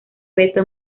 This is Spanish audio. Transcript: beto